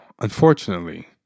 unfortunately